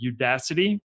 Udacity